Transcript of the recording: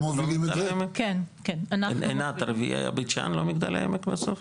הרביעי היה בית שאן, לא מגדל העמק בסוף?